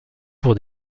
pour